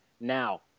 now